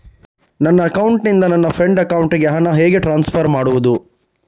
ನನ್ನ ಅಕೌಂಟಿನಿಂದ ನನ್ನ ಫ್ರೆಂಡ್ ಅಕೌಂಟಿಗೆ ಹಣ ಹೇಗೆ ಟ್ರಾನ್ಸ್ಫರ್ ಮಾಡುವುದು?